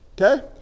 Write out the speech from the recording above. Okay